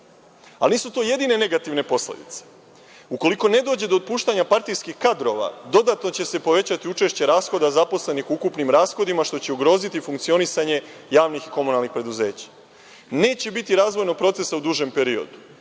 odluka. Nisu to jedine negativne posledice. Ukoliko ne dođe do otpuštanja partijskih kadrova, dodatno će se povećati učešće rashoda zaposlenih u ukupnih rashodima, što će ugroziti funkcionisanje javnih komunalnih preduzeća, neće biti razvojnog procesa u dužem periodu,